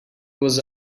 was